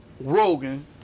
Rogan